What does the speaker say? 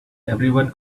everyone